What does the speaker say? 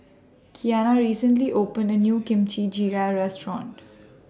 Keanna recently opened A New Kimchi Jjigae Restaurant